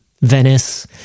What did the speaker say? Venice